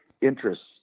interests